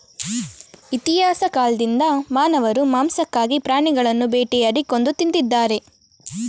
ಇತಿಹಾಸ ಕಾಲ್ದಿಂದ ಮಾನವರು ಮಾಂಸಕ್ಕಾಗಿ ಪ್ರಾಣಿಗಳನ್ನು ಬೇಟೆಯಾಡಿ ಕೊಂದು ತಿಂದಿದ್ದಾರೆ